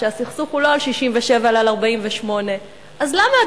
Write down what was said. שהסכסוך הוא לא על 1967 אלא על 1948. אז למה,